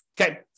Okay